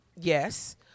Yes